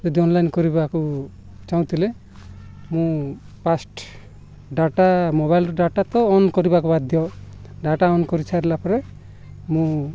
ଯଦି ଅନଲାଇନ୍ କରିବାକୁ ଚାହୁଁଥିଲେ ମୁଁ ଫାଷ୍ଟ ଡାଟା ମୋବାଇଲ୍ର ଡାଟା ତ ଅନ୍ କରିବାକୁ ବାଧ୍ୟ ଡାଟା ଅନ୍ କରିସାରିଲା ପରେ ମୁଁ